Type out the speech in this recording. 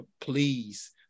please